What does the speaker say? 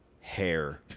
hair